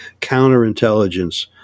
Counterintelligence